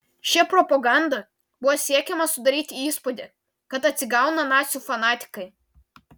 šia propaganda buvo siekiama sudaryti įspūdį kad atsigauna nacių fanatikai